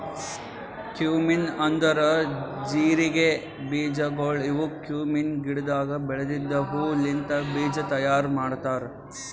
cumin ಅಂದುರ್ ಜೀರಿಗೆ ಬೀಜಗೊಳ್ ಇವು ಕ್ಯುಮೀನ್ ಗಿಡದಾಗ್ ಬೆಳೆದಿದ್ದ ಹೂ ಲಿಂತ್ ಬೀಜ ತೈಯಾರ್ ಮಾಡ್ತಾರ್